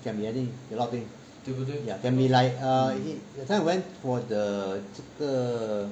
can be any a lot of thing can be like uh that time we went for the err 这个